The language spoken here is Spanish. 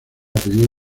apellido